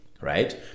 Right